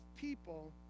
people